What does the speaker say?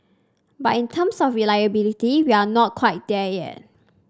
but in terms of reliability we are not quite there yet